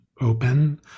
open